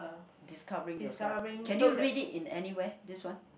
discovering yourself can you read it in anywhere this one